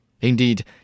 Indeed